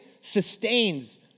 sustains